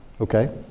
Okay